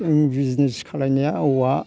जों बिजिनेस खालामनाया औवा